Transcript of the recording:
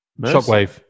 Shockwave